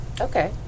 Okay